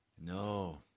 no